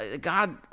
God